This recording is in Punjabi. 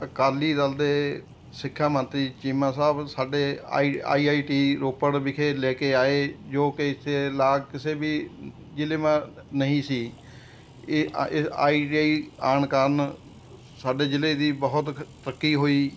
ਅਕਾਲੀ ਦਲ ਦੇ ਸਿੱਖਿਆ ਮੰਤਰੀ ਚੀਮਾ ਸਾਹਿਬ ਸਾਡੇ I I I T Ropar ਵਿਖੇ ਲੈ ਕੇ ਆਏ ਜੋ ਕਿ ਇੱਥੇ ਲਾਗ ਕਿਸੇ ਵੀ ਜ਼ਿਲ੍ਹੇ ਮਾ ਨਹੀਂ ਸੀ ਇਹ ਆਈ ਆਈ ਟੀ ਆਈ ਆਉਣ ਕਾਰਨ ਸਾਡੇ ਜ਼ਿਲ੍ਹੇ ਦੀ ਬਹੁਤ ਖ ਤਰੱਕੀ ਹੋਈ